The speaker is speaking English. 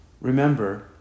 Remember